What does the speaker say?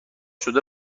شده